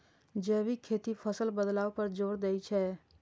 जैविक खेती फसल बदलाव पर जोर दै छै